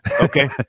Okay